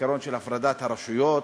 העיקרון של הפרדת הרשויות.